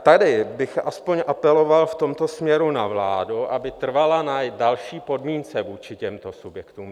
Tady bych aspoň apeloval v tomto směru na vládu, aby trvala na další podmínce vůči těmto subjektům.